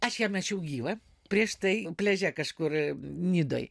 aš ją mačiau gyvą prieš tai pliaže kažkur nidoj